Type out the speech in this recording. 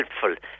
helpful